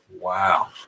Wow